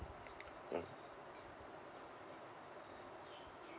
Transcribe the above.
mm